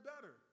better